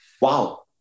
wow